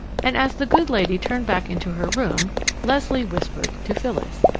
and as the good lady turned back into her room leslie whispered to phyllis,